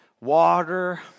water